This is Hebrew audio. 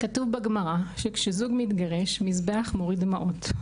כתוב בגמרא שכשזוג מתגרש מזבח מוריד דמעות.